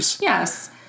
Yes